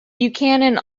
buchanan